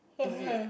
is it